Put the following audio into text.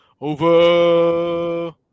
over